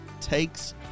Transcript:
takes